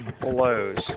blows